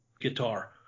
guitar